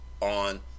on